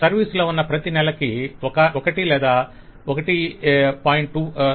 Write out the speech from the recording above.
service లో ఉన్న ప్రతి నెలకి 1 లేదా 1